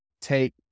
take